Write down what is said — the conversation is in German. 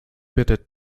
bittet